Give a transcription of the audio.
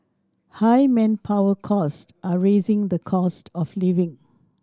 high manpower costs are raising the cost of living